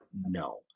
No